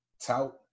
tout